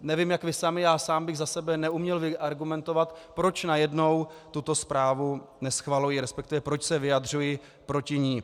Nevím, jak vy sami, já sám bych za sebe neuměl argumentovat, proč najednou tuto zprávu neschvaluji, resp. proč se vyjadřuji proti ní.